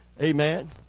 Amen